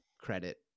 credit